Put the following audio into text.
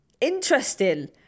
interesting